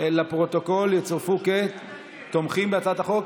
הם יצורפו לפרוטוקול כתומכים בהצעת החוק.